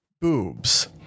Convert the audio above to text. boobs